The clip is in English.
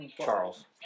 Charles